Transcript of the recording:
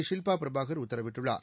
ஷில்பாபிரபாகர் உத்தரவிட்டுள்ளார்